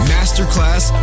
Masterclass